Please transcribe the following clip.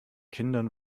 kindern